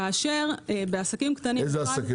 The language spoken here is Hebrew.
כאשר בעסקים קטנים --- איזה עסקים?